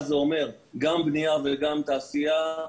זה אומר שגם לבנייה וגם לתעשייה,